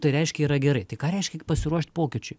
tai reiškia yra gerai tai ką reiškia pasiruošt pokyčiui